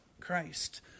Christ